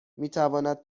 میتواند